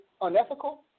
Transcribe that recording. unethical